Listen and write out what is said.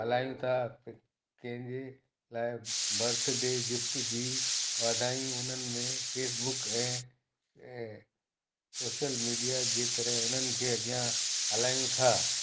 हलायूं था कंहिंजे लाइ बर्थ डे गिफ़्ट जी वाधायूं उन्हनि में फ़ेसबुक ऐं ऐं सोशल मीडिया गी तरहं उन्हनि खे अॻियां हलायूं था